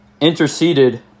interceded